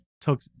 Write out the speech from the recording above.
took